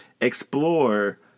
explore